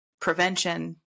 prevention